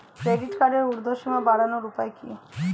Credit কার্ডের উর্ধ্বসীমা বাড়ানোর উপায় কি?